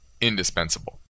indispensable